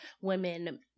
women